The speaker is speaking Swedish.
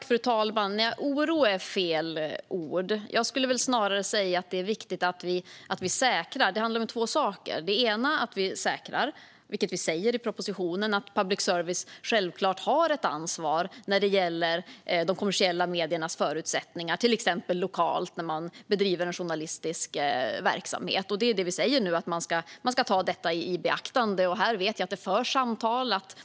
Fru talman! Oro är fel ord. Jag skulle snarare säga att det är viktigt att vi säkrar public services ansvar. Det handlar om två saker. Det ena är att vi säkrar ansvaret. Vi säger i propositionen att public service självklart har ett ansvar när det gäller de kommersiella mediernas förutsättningar, till exempel lokalt, att bedriva journalistisk verksamhet. Vi säger att man ska ta detta i beaktande. Här vet jag att det förs samtal.